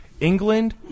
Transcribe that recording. England